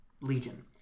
Legion